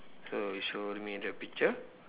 so you showing me the picture